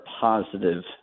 positive